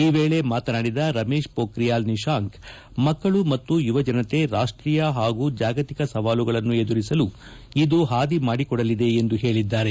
ಈ ವೇಳೆ ಮಾತನಾಡಿದ ರಮೇಶ್ ಪೋಖ್ರಿಯಾಲ್ ನಿಶಾಂಕ್ ಮಕ್ಕಳು ಮತ್ತು ಯುವಜನತೆ ರಾಷ್ಟೀಯ ಹಾಗೂ ಜಾಗತಿಕ ಸವಾಲುಗಳನ್ನು ಎದುರಿಸಲು ಇದು ಪಾದಿ ಮಾಡಿಕೊಡಲಿದೆ ಎಂದು ಅವರು ಹೇಳಿದ್ದಾರೆ